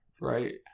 right